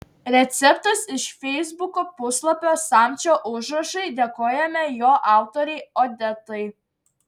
receptas iš feisbuko puslapio samčio užrašai dėkojame jo autorei odetai